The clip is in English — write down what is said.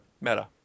Meta